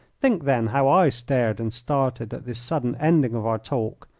think, then, how i stared and started at this sudden ending of our talk.